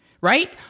Right